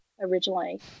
originally